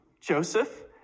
Joseph